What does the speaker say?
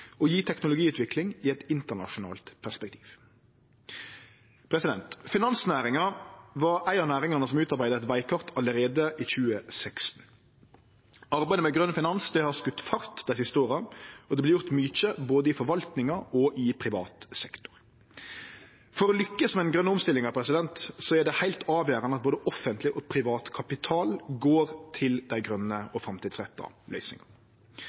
teknologiutvikling i eit internasjonalt perspektiv. Finansnæringa var ei av næringane som utarbeidde eit vegkart allereie i 2016. Arbeidet med grøn finans har skote fart dei siste åra, og det vert gjort mykje både i forvaltinga og i privat sektor. For å lykkast med den grøne omstillinga er det heilt avgjerande at både offentleg og privat kapital går til dei grøne og framtidsretta